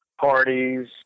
parties